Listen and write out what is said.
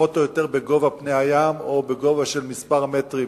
פחות או יותר בגובה פני הים או בגובה של כמה מטרים,